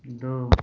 दो